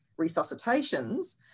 resuscitations